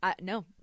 No